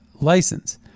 license